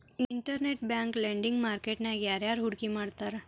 Internet bank lending market ನ್ಯಾಗ ಯಾರ್ಯಾರ್ ಹೂಡ್ಕಿ ಮಾಡ್ತಾರ?